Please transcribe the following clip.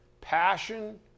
passion